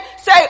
say